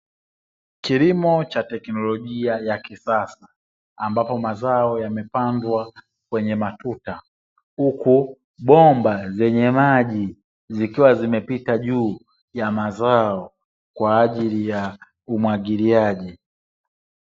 Kilimo cha teknolojia ya kisasa, ambapo mazao yamepandwa kwenye matuta, huku bomba zenye maji zikiwa zimepita juu ya mazao, kwa ajili ya umwagiliaji.